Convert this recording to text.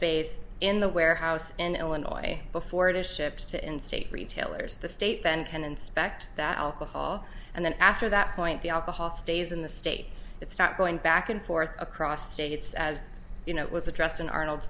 base in the warehouse in illinois before it is shipped to in state retailers the state then can inspect that alcohol and then after that point the alcohol stays in the state it's not going back and forth across states as you know it was addressed in arnold